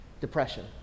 Depression